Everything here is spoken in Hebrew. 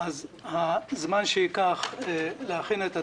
אז הזמן שייקח להכין את התקציב,